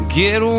get